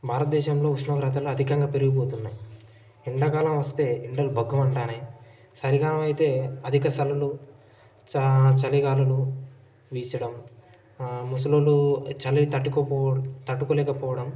భారతదేశంలో ఉష్ణగ్రతలు అధికంగా పెరిగిపోతున్నాయి ఎండాకాలం వస్తే ఎండలు భగ్గు మంటున్నాయి చలి కాలం అయితే అధిక చలులు చలి గాలులు వీచడం ముసలి వాళ్ళు చలి తట్టుకోలేకపోవడం